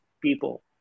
people